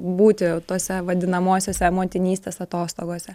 būti tose vadinamosiose motinystės atostogose